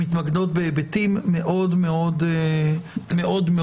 שמתמקדות בהיבטים מאוד מאוד טכניים.